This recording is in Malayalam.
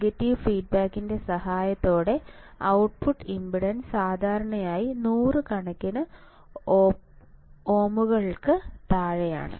നെഗറ്റീവ് ഫീഡ്ബാക്കിന്റെ സഹായത്തോടെ ഔട്ട്പുട്ട് ഇംപെഡൻസ് സാധാരണയായി നൂറുകണക്കിന് ഓഎമ്മുകൾക്ക് താഴെയാണ്